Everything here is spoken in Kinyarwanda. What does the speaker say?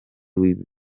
w’ibi